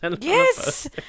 Yes